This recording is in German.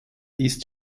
ist